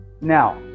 Now